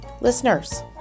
Listeners